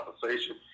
conversation